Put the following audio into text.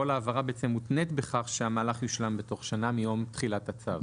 כל ההעברה בעצם מותנית בכך שהמהלך יושלם בתוך שנה מיום תחילת הצו.